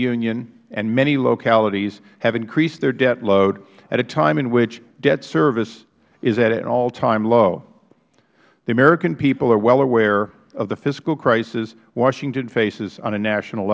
union and many localities have increased their debt load at a time in which debt service is at an all time low the american people are well aware of the fiscal crisis washington faces on a national